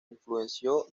influenció